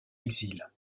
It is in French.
exil